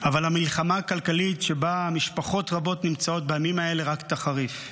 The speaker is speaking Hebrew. אבל המלחמה הכלכלית שבה משפחות רבות נמצאות בימים האלה רק תחריף.